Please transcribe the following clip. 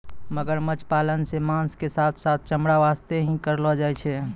मगरमच्छ पालन सॅ मांस के साथॅ साथॅ चमड़ा वास्तॅ ही करलो जाय छै